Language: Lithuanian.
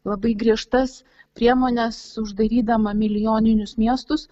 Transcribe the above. labai griežtas priemones uždarydama milijoninius miestus